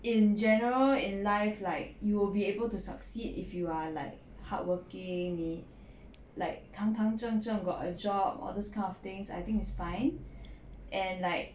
in general in life like you will be able to succeed if you are like hardworking 你 like 堂堂正正 got a job all those kind of things I think its fine and like